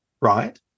right